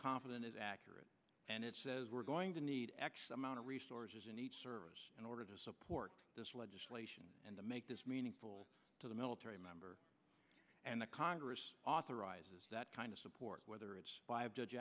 confident is accurate and it says we're going to need x amount of resources in each service in order to support this legislation and to make this meaningful to the military member and the congress authorizes that kind of support whether it's